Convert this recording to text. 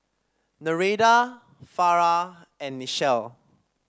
Nereida Farrah and Nichelle